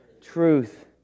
truth